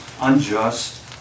unjust